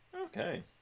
Okay